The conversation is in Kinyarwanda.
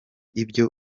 ibyo